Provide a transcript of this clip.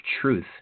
truth